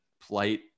plight